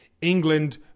England